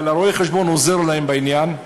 אבל רואה-החשבון עוזר להם בעניין.